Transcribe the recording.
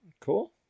Cool